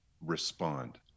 respond